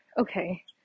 okay